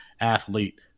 athlete